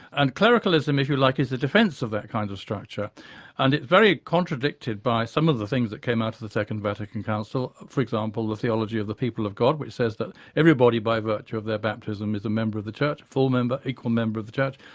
and clericalism if you like is a defence of that kind of structure and it's very contradicted by some of the things that came out of the second vatican council, for example the theology of the people of god which says that everybody by virtue of their baptism is a member of the church, full member, equal member of the church.